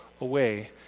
away